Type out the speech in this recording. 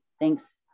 thanks